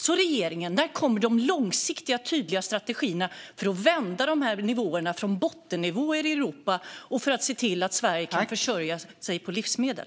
Så, regeringen, när kommer de långsiktiga tydliga strategierna för att vända dessa nivåer från bottennivåer i Europa och se till att Sverige kan försörja sig med livsmedel?